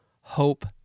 hope